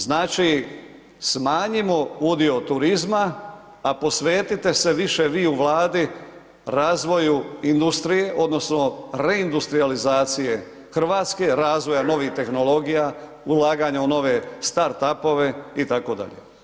Znači, smanjimo udio turizma, a posvetite se više vi u Vladi razvoju industrije odnosno reindustrijalizacije Hrvatske, razvoja novih tehnologija, ulaganja u nove startupove itd.